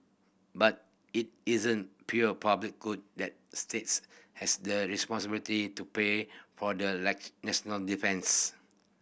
but it isn't pure public good that states has the responsibility to pay for the like national defence